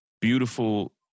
beautiful